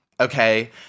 Okay